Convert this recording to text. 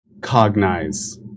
cognize